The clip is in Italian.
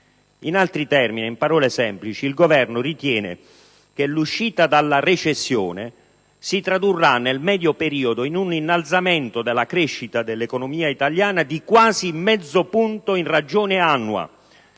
In altri termini, il Governo ritiene che l'uscita dalla recessione si tradurrà nel medio periodo in un innalzamento della crescita dell'economia italiana di quasi mezzo punto all'anno,